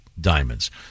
diamonds